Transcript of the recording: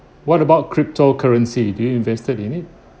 what about cryptocurrency do you invested in it